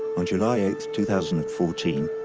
on july eight, two thousand and fourteen,